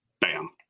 Bam